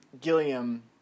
Gilliam